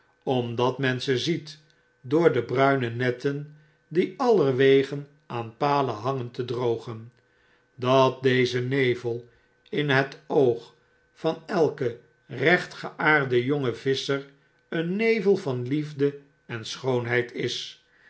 omdat men ze ziet door de bruine netten die allerwege aan palen hangen te drogen dat deze nevel in het oog van elken rechtgeaarden jongen visscher een nevel van liefde en schoonheid is